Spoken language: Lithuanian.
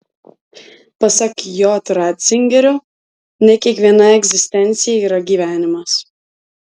pasak j ratzingerio ne kiekviena egzistencija yra gyvenimas